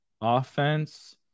offense